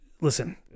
listen